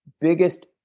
biggest